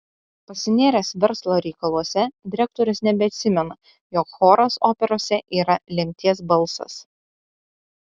pasinėręs verslo reikaluose direktorius nebeatsimena jog choras operose yra lemties balsas